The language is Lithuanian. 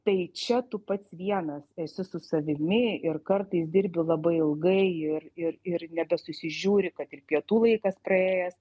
tai čia tu pats vienas esi su savimi ir kartais dirbi labai ilgai ir ir ir nebesusižiūri kad ir pietų laikas praėjęs